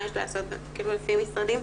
כאילו לפי משרדים,